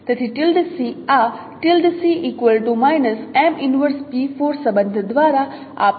તેથી આ સંબંધ દ્વારા આપવામાં આવે છે